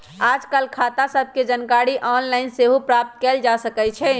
याजकाल खता सभके जानकारी ऑनलाइन सेहो प्राप्त कयल जा सकइ छै